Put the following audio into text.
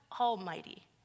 Almighty